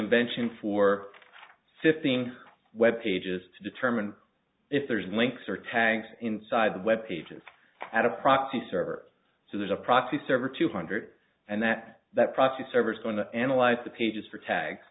invention for fifteen web pages to determine if there's links or tanks inside the web pages at a proxy server so there's a proxy server two hundred and that that proxy servers going to analyze the pages for ta